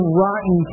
rotten